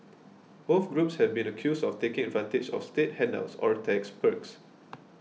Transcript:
both groups have been accused of taking advantage of state handouts or tax perks